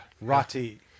Rati